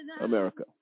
america